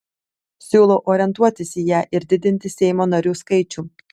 siūlau orientuotis į ją ir didinti seimo narių skaičių